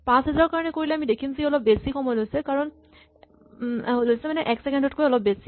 ৫০০০ ৰ কাৰণে কৰিলে আমি দেখিম যে ই অলপ বেছি সময় লৈছে মানে এক ছেকেণ্ড তকৈ অলপ বেছি